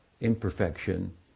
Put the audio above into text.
imperfection